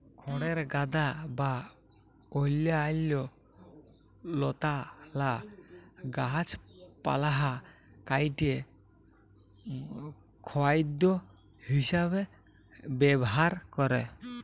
খড়ের গাদা বা অইল্যাল্য লতালা গাহাচপালহা কাইটে গখাইদ্য হিঁসাবে ব্যাভার ক্যরে